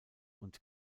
und